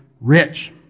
rich